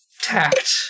tact